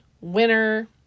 winner